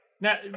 Now